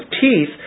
teeth